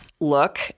Look